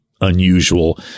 unusual